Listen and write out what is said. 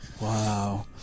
Wow